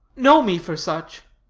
know me for such.